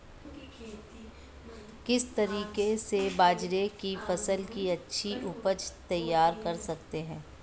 किस तरीके से बाजरे की फसल की अच्छी उपज तैयार कर सकते हैं?